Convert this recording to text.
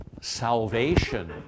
salvation